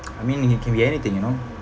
I mean it can be anything you know